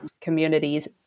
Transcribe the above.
communities